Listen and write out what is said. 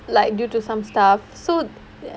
like due to some stuff so ya